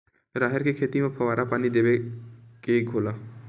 राहेर के खेती म फवारा पानी देबो के घोला?